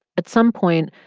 at some point,